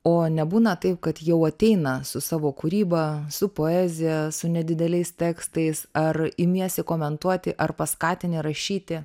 o nebūna taip kad jau ateina su savo kūryba su poezija su nedideliais tekstais ar imiesi komentuoti ar paskatini rašyti